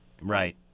right